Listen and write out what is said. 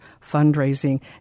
fundraising